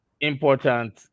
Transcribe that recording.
important